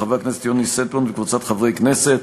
של חבר הכנסת יוני שטבון וקבוצת חברי הכנסת,